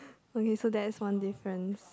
okay so that's one difference